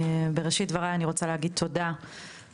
בראשית דברי אני רוצה להגיד תודה על